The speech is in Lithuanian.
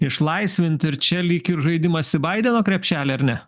išlaisvint ir čia lyg ir žaidimas į baideno krepšelį ar ne